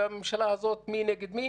בממשלה הזאת מי נגד מי